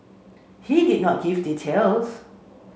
he did not give details